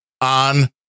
on